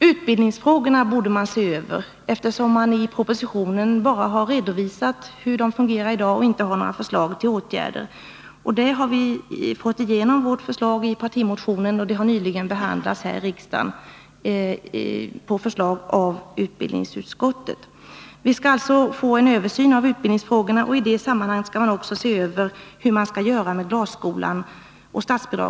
Utbildningsfrågorna borde också ses över, eftersom det i propositionen bara redovisas hur situationen är i dag och då det saknas förslag till åtgärder. Förslaget i vår partimotion har nyligen behandlats här i riksdagen och, på utbildningsutskottets hemställan, också antagits. Vi skall alltså få en översyn av utbildningsfrågorna, och i det sammanhanget skall man också undersöka vad som skall göras med statsbidraget till glasskolan.